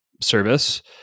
service